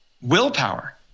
willpower